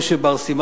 משה בר סימן-טוב,